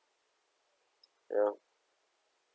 ya